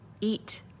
eat